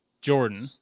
Jordan